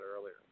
earlier